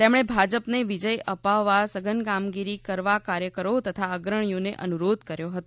તેમણે ભાજપને વિજય અપાવવા સઘન કામગીરી કરવા કાર્યકરો તથા અગ્રણીઓને અનુરોધ કર્યો હતો